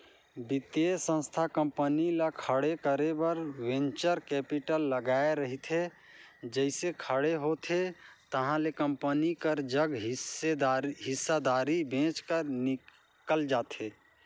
बित्तीय संस्था कंपनी ल खड़े करे बर वेंचर कैपिटल लगाए रहिथे जइसे खड़े होथे ताहले कंपनी कर जग हिस्सादारी बेंच कर निकल जाथे